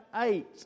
eight